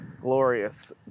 glorious